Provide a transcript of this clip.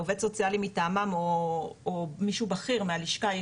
עו"ס מטעמם או מישהו בכיר מהלשכה,